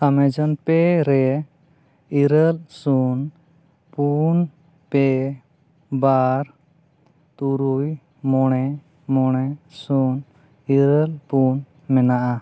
Amazon ᱯᱮᱹ ᱨᱮ ᱤᱨᱟᱹᱞ ᱥᱩᱱ ᱯᱩᱱ ᱯᱮ ᱵᱟᱨ ᱛᱩᱨᱩᱭ ᱢᱚᱬᱮ ᱢᱚᱬᱮ ᱥᱩᱱ ᱤᱨᱟᱹᱞ ᱯᱩᱱ ᱢᱮᱱᱟᱜᱼᱟ